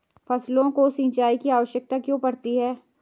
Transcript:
फसलों को सिंचाई की आवश्यकता क्यों पड़ती है?